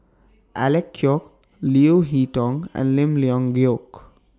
Alec Kuok Leo Hee Tong and Lim Leong Geok